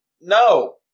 No